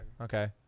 Okay